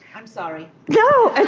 i'm sorry. no!